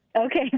Okay